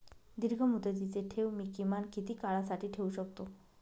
दीर्घमुदतीचे ठेव मी किमान किती काळासाठी ठेवू शकतो?